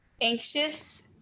anxious